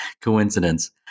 coincidence